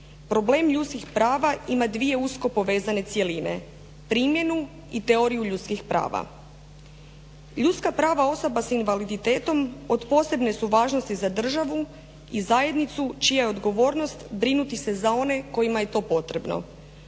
Problem ljudskih prava ima dvije usko povezane cjeline: primjenu i teoriju ljudskih prava. Ljudska prava osoba s invaliditetom od posebne su važnosti za državu i zajednicu čija je odgovornost brinuti se za one kojima je to potrebno.